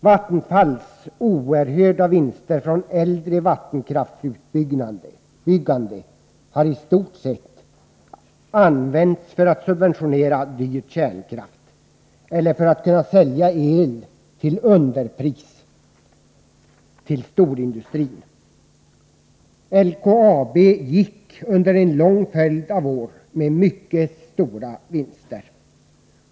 Vattenfalls oerhörda vinster från äldre vattenkraftsutbyggande har i stort sett använts för att subventionera dyr kärnkraft, eller för att kunna sälja el till underpris till storindustrin. LKAB gick under en lång följd av år med mycket stora vinster.